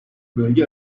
bölge